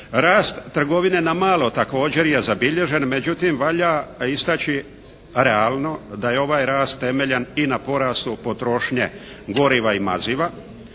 Rast trgovine na malo također je zabilježen međutim, valja istaći realno da je ovaj rast temeljen i na porastu potrošnje goriva i maziva,